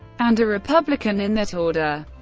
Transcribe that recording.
and a republican, in that order.